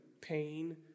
pain